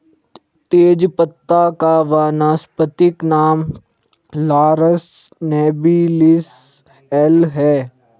तेजपत्ता का वानस्पतिक नाम लॉरस नोबिलिस एल है